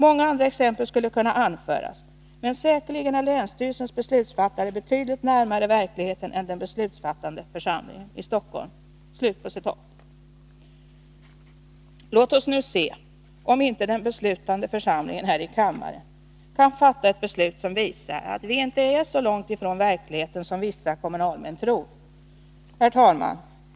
Många andra exempel skulle kunna anföras, men säkerligen är länsstyrelsens beslutsfattare betydligt närmare verkligheten än den beslutsfattande församlingen i Stockholm.” Låt oss nu se om inte den beslutande församlingen här i kammaren kan fatta ett beslut som visar att vi inte är så långt ifrån verkligheten som vissa kommunalmän tror. Herr talman!